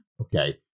Okay